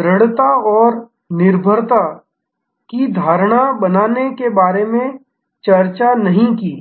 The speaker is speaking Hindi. दृढ़ता और निर्भरता की धारणा बनाने के बारे में चर्चा नहीं की